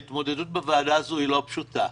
ההתמודדות בוועדה הזאת היא לא פשוטה.